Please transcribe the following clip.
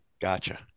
Gotcha